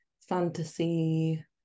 fantasy